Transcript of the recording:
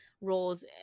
roles